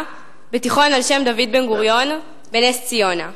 בתיכון על-שם דוד בן-גוריון בנס-ציונה.